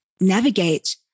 navigate